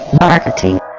marketing